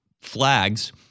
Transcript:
flags